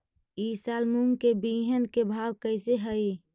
ई साल मूंग के बिहन के भाव कैसे हई?